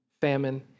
famine